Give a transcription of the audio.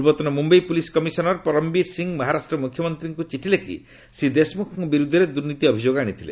ପୂର୍ବତନ ମ୍ରମ୍ୟଇ police commissioner Parambir Singh Maharashtra ମୁଖ୍ୟମନ୍ତ୍ରୀଙ୍କ ଚିଠିଲେଖି ଶ୍ରୀ ଦେଶମୁଖଙ୍କ ବିରୁଦ୍ଧରେ ଦୁର୍ନୀତି ଅଭିଯୋଗ ଆଣିଥିଲେ